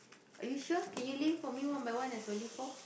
are you sure can you lift for me one by one there's only four